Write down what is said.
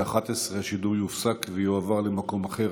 ב-11:00 השידור יופסק ויועבר למקום אחר.